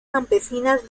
campesinas